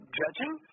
judging